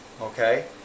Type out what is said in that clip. Okay